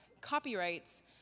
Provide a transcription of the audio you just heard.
copyrights